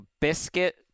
biscuit